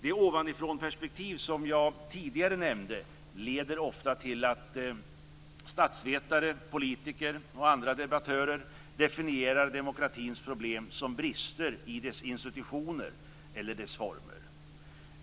Det ovanifrånperspektiv som jag tidigare nämnde leder ofta till att statsvetare, politiker och andra debattörer definierar demokratins problem som brister i dess institutioner eller dess former.